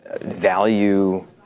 value